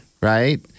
Right